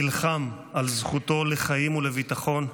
נלחם על זכותו לחיים ולביטחון,